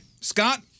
Scott